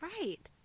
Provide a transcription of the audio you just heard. Right